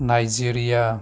Nigeria